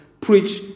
preach